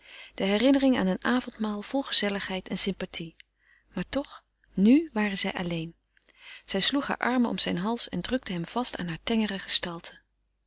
de herinnering aan een avondmaal vol gezelligheid en sympathie maar toch nu waren zij alleen zij sloeg haar armen om zijn hals en drukte hem vast in haar tengere gestalte